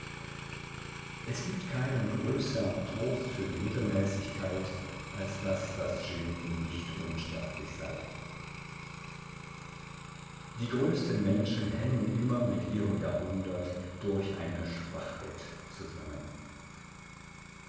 es gibt keinen größern trost für die mittelmäßigkeit als daß das genie nicht unsterblich sei die größten menschen hängen immer mit ihrem jahrhundert durch eine schwachheit zusammen